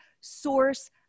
source